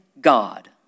God